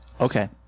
Okay